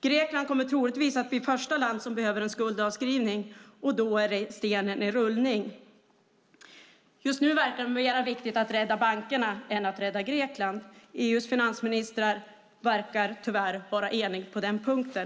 Grekland kommer troligtvis att bli det första land som behöver en skuldavskrivning, och då är stenen i rullning. Just nu verkar dock EU:s finansministrar tyvärr vara eniga om att det är viktigare att rädda bankerna än att rädda Grekland.